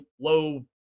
low